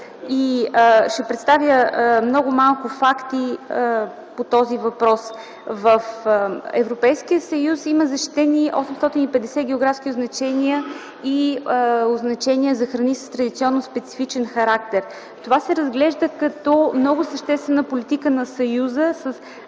и се представят много малко факти по този въпрос. В Европейския съюз има защитени 850 географски означения и означения за храни с традиционно специфичен характер. Това се разглежда като много съществена политика на Съюза,